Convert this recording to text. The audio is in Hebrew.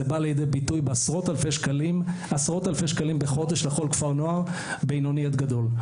זה בא לידי ביטוי בעשרות אלפי שקלים בחודש לכל כפר נוער בינוני עד גדול.